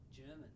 German